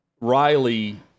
Riley